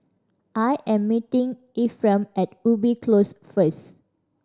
I am meeting Efrem at Ubi Close first